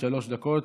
שלוש דקות,